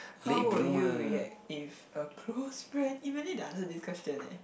how would you react if a close friend you may need to answer this question eh